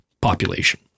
population